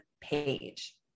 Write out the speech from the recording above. page